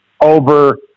over